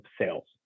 sales